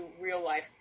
real-life